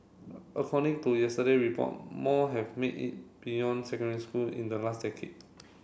a according to yesterday report more have made it beyond secondary school in the last decade